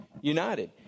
united